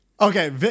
Okay